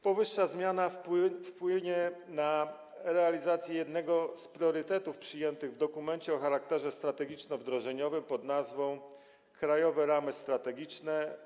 Powyższa zmiana wpłynie na realizację jednego z priorytetów przyjętych w dokumencie o charakterze strategiczno-wdrożeniowym pn. „Krajowe ramy strategiczne.